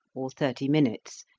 or thirty minutes,